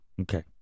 Okay